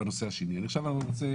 עכשיו, אני רוצה